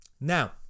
Now